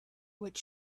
what